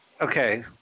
Okay